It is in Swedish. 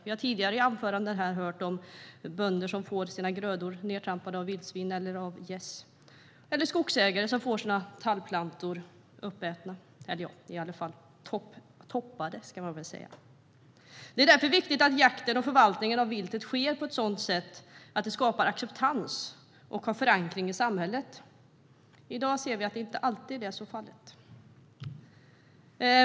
Vi har i tidigare anföranden här hört om bönder som får sina grödor nedtrampade av vildsvin eller gäss och om skogsägare som får sina tallplantor uppätna - eller i alla fall toppade, ska man väl säga. Det är därför viktigt att jakten och förvaltningen av viltet sker på ett sådant sätt att det skapar acceptans och har förankring i samhället. I dag ser vi att detta inte alltid är fallet.